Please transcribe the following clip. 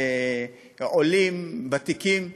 עולים, ותיקים,